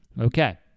Okay